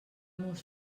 mos